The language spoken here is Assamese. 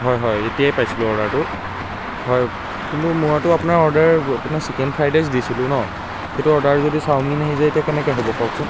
হয় হয় এতিয়াই পাইছিলোঁ অৰ্ডাৰটো হয় কিন্তু মইটো আপোনাৰ অৰ্ডাৰ আপোনাৰ চিকেন ফ্ৰাইড ৰাইচ দিছিলোঁ ন সেইটো অৰ্ডাৰ যদি চাওমিন আহি যায় এতিয়া কেনেকৈ হ'ব কওকচোন